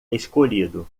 escolhido